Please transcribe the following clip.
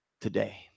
today